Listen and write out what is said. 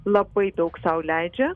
labai daug sau leidžia